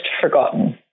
forgotten